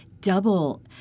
double